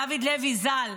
דוד לוי ז"ל,